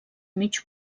mig